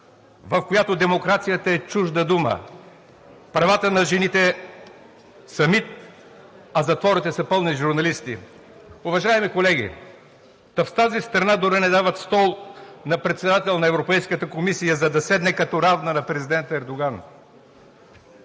в която демокрацията е чужда дума, правата на жените са мит, а затворите са пълни с журналисти?! Уважаеми колеги, та в тази страна дори не дават стол на председател на Европейската комисия, за да седне като равна на президента Ердоган!